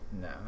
no